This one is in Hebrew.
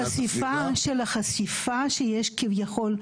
של החשיפה שיש כביכול,